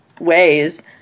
ways